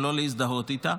אם לא להזדהות איתה,